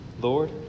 Lord